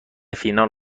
فینال